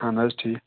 اہن حظ ٹھیٖک